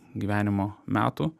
gyvenimo metų